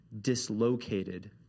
dislocated